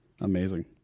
Amazing